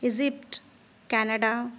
Egypt Canada